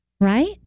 right